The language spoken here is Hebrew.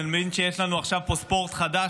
אני מבין שיש לנו עכשיו פה ספורט חדש,